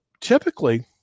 typically